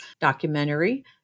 documentary